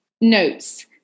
notes